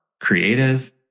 creative